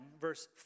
Verse